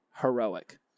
heroic